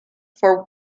for